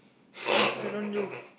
why you don't do